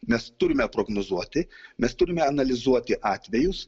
mes turime prognozuoti mes turime analizuoti atvejus